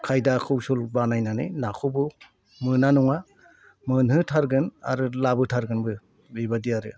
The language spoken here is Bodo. खायदा खौसल बानायनानै नाखौबो मोना नङा मोनहो थारगोन आरो लाबो थारगोनबो बेबायदि आरो